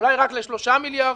אולי רק ל-3 מיליארד?